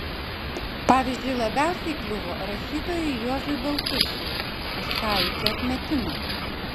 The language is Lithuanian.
pavyzdžiui labiausiai kliuvo rašytojui juozui baltušiui už sąjūdžio atmetimą